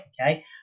Okay